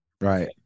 Right